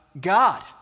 God